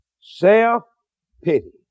self-pity